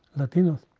latinos.